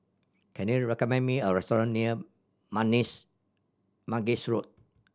can you recommend me a restaurant near Mangis Road